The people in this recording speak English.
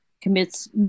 commits